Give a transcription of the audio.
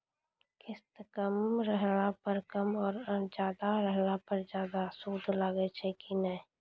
किस्त कम रहला पर कम और ज्यादा रहला पर ज्यादा सूद लागै छै कि नैय?